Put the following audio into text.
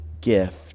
gift